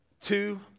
two